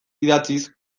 idatziz